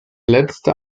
letzte